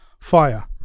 fire